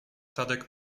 tadek